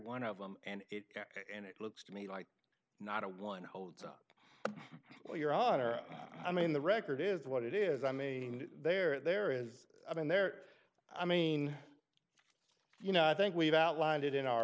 one of them and it looks to me like not a one holds up well your honor i mean the record is what it is i mean there is i mean there i mean you know i think we've outlined it in our